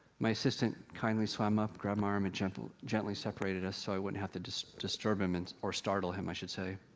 my assistant kindly swam up, grabbed my arm, and gently separated us, so i wouldn't have to disturb him, and or startle him, i should say.